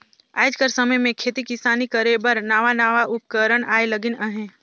आएज कर समे में खेती किसानी करे बर नावा नावा उपकरन आए लगिन अहें